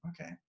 okay